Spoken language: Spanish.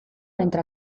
entra